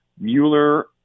Mueller